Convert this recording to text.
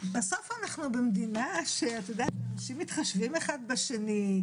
בסוף אנחנו במדינה שאנשים מתחשבים אחד בשני,